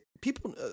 people